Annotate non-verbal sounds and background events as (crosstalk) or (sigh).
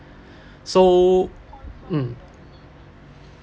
(breath) so um